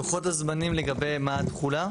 לוחות הזמנים, לגבי מה התחולה?